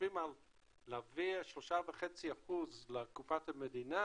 חושבים על להעביר 3.5% לקופת המדינה